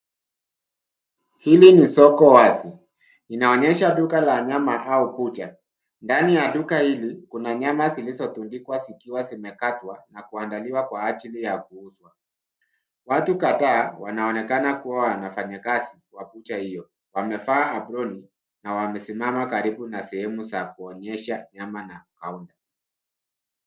Hili ni soko wazi. Inaonyesha duka la nyama au butcher , ndani ya duka hili kuna nyama zilizotundikwa zikiwa zimekatwa na kuandaliwa kwa ajili ya kuuzwa. Watu kadhaa wanaonekana kuwa wanafanya kazi kwa Butcher hiyo. Wamevaa aproni na wamesimama karibu na sehemu za kuonyesha nyama na kaunta.